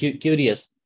curious